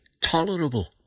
tolerable